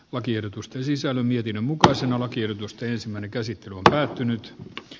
lakiehdotusten sisällön mietinnön mukaisena lakiehdotusta ensimmäinen käsittely myöskin päästy